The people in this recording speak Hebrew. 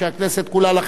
לכן להצביע.